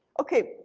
okay,